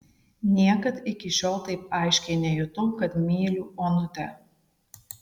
niekad iki šiol taip aiškiai nejutau kad myliu onutę